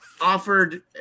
offered